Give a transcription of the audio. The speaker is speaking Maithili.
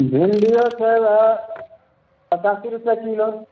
भिण्डिओ छै पचासी रुपैआ किलो